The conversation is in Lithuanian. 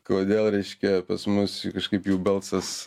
kodėl reiškia pas mus jų kažkaip jų balsas